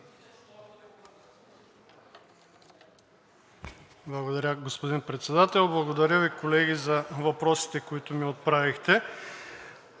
Благодаря, господин Председател. Благодаря Ви, колеги, за въпросите, които ми отправихте.